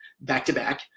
back-to-back